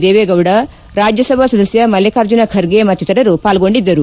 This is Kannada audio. ದೇವೇಗೌಡ ರಾಜ್ಯಸಭಾ ಸದಸ್ಯ ಮಲ್ಲಿಕಾರ್ಜುನ ಖರ್ಗೆ ಮತ್ತಿತರರು ಪಾಲ್ಗೊಂಡಿದ್ದರು